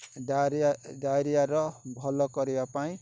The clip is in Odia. ଡ଼ାଇରିଆ ଡ଼ାଇରିଆର ଭଲ କରିବା ପାଇଁ